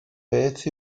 beth